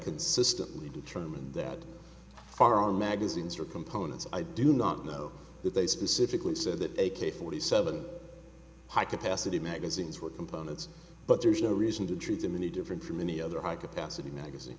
consistently determined that foreign magazines are components i do not know that they specifically said that a k forty seven high capacity magazines were components but there's no reason to treat them any different from any other high capacity magazine